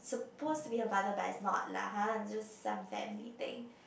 suppose to be her mother but it's not lah har is just some family thing